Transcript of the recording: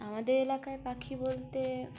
আমাদের এলাকায় পাখি বলতে